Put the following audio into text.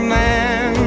man